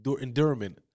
endurance